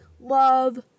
love